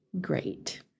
great